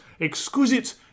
Exquisite